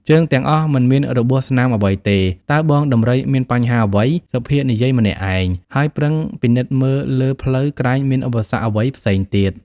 ជើងទាំងអស់មិនមានរបួសស្នាមអ្វីទេ តើបងដំរីមានបញ្ហាអ្វី? សុភានិយាយម្នាក់ឯង ហើយប្រឹងពិនិត្យមើលលើផ្លូវក្រែងមានឧបសគ្គអ្វីផ្សេងទៀត។